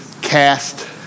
cast